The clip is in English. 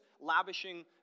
lavishing